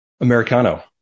Americano